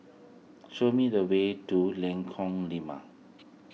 show me the way to Lengkong Lima